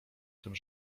tym